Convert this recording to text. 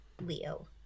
Leo